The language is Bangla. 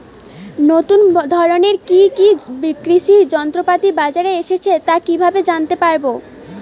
নতুন ধরনের কি কি কৃষি যন্ত্রপাতি বাজারে এসেছে তা কিভাবে জানতেপারব?